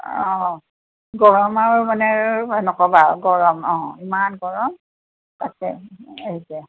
অঁ গৰম আৰু মানে নক'বা আৰু গৰম অঁ ইমান গৰম আছে